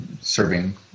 serving